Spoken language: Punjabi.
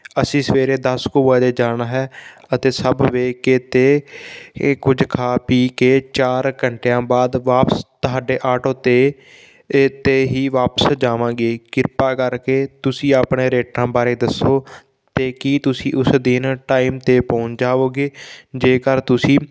ਅਸੀਂ ਸਵੇਰੇ ਦਸ ਕੁ ਵਜੇ ਜਾਣਾ ਹੈ ਅਤੇ ਸਭ ਵੇਖ ਕੇ ਅਤੇ ਇਹ ਕੁਝ ਖਾ ਪੀ ਕੇ ਚਾਰ ਘੰਟਿਆਂ ਬਾਅਦ ਵਾਪਸ ਤੁਹਾਡੇ ਆਟੋ 'ਤੇ 'ਤੇ ਹੀ ਵਾਪਸ ਜਾਵਾਂਗੇ ਕਿਰਪਾ ਕਰਕੇ ਤੁਸੀਂ ਆਪਣੇ ਰੇਟਾਂ ਬਾਰੇ ਦੱਸੋ ਅਤੇ ਕੀ ਤੁਸੀਂ ਉਸ ਦਿਨ ਟਾਈਮ 'ਤੇ ਪਹੁੰਚ ਜਾਓਗੇ ਜੇਕਰ ਤੁਸੀਂ